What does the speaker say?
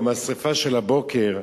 או מהשרפה של הבוקר,